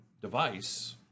device